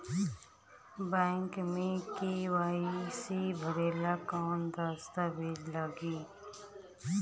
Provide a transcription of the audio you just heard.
Bank मे KYC भरेला कवन दस्ता वेज लागी?